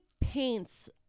paints